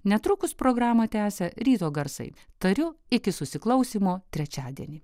netrukus programą tęsia ryto garsai tariu iki susiklausymo trečiadienį